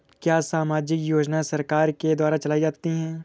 क्या सामाजिक योजनाएँ सरकार के द्वारा चलाई जाती हैं?